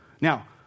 Now